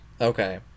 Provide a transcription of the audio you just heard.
Okay